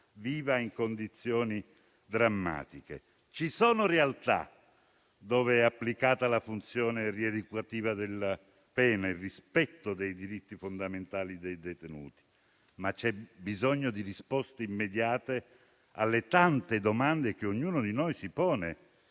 viva in condizioni drammatiche. Ci sono realtà in cui è applicata la funzione rieducativa della pena ed è osservato il rispetto dei diritti fondamentali dei detenuti, ma c'è bisogno di risposte immediate alle tante domande che ognuno di noi si pone